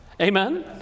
Amen